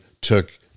took